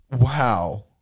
Wow